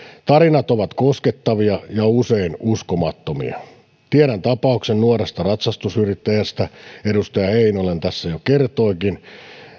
tarinat ovat koskettavia ja usein uskomattomia tiedän tapauksen nuoresta ratsastusyrittäjästä josta edustaja heinonen tässä jo kertoikin